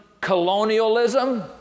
colonialism